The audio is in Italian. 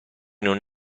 non